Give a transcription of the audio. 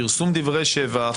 פרסם דברי שבח,